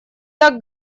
так